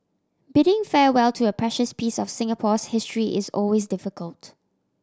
bidding farewell to a precious piece of Singapore's history is always difficult